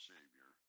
Savior